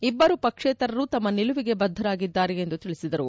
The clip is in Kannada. ಇಬ್ಲರು ಪಕ್ಷೇತರರು ತಮ್ನ ನಿಲುವಿಗೆ ಬದ್ದರಾಗಿದ್ದಾರೆ ಎಂದು ತಿಳಿಸಿದರು